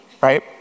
Right